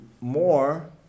more